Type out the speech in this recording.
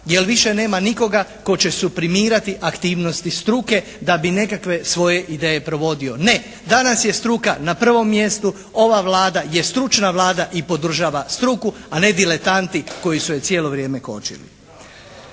jer više nema nikoga tko će suprimirati aktivnosti struke, da bi nekakve svoje ideje provodio. Ne. Danas je struka na prvom mjestu. Ova Vlada je stručna Vlada i podržava struku, a ne diletanti koji su je cijelo vrijeme kočili.